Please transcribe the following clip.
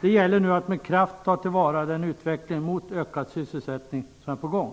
Det gäller nu att med kraft ta till vara den utveckling mot ökad sysselsättning som är på gång.